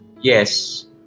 Yes